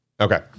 Okay